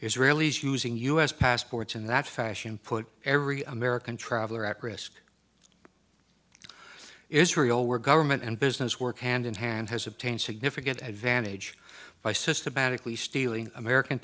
israelis using u s passports in that fashion put every american traveler at risk israel where government and business work hand in hand has obtained significant advantage by systematically stealing american